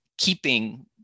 keeping